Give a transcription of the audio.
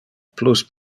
plus